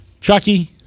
Chucky